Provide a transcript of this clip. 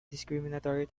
discriminatory